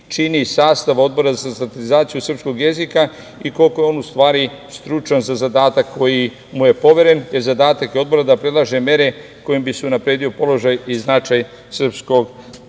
čini sastav Odbora za standardizaciju srpskog jezika i koliko je on u stvari stručan za zadatak koji mu je poveren jer zadatak Odbora je da predlaže mere kojim bi se unapredio položaj i značaj srpskog